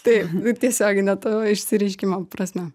taip tiesiogine to išsireiškimo prasme